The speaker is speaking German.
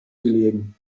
gelegen